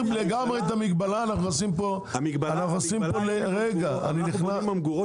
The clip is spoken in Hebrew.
להסיר לגמרי את המגבלה -- אנחנו בונים ממגורות